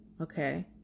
okay